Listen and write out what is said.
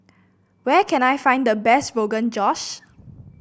where can I find the best Rogan Josh